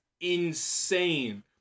insane